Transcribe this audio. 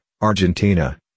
Argentina